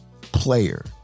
player